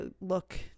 look